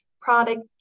product